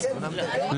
הצבעה לא